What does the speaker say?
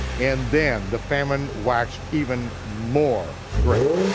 and then the famine waxed even more great.